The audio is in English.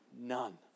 none